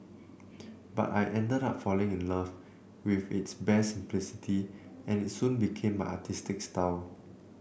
but I ended up falling in love with its bare simplicity and it soon became artistic style